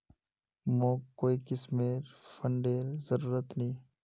मोक कोई किस्मेर फंडेर जरूरत नी